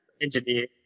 Engineer